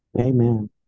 Amen